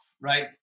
Right